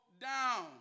down